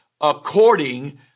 according